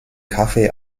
kaffee